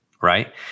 right